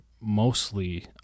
mostly